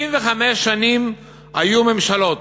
65 שנים היו ממשלות,